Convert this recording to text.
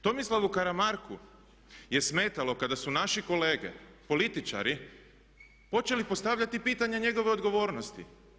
Tomislavu Karamarku je smetalo kada su naši kolege političari počeli postavljati pitanja njegove odgovornosti.